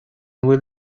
bhfuil